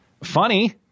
funny